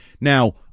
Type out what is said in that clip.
Now